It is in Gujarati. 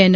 એન